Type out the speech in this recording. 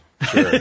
sure